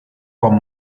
con